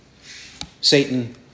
Satan